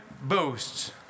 boasts